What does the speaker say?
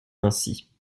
ainsi